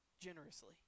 generously